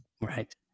Right